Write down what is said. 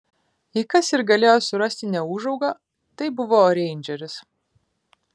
jei kas ir galėjo surasti neūžaugą tai buvo reindžeris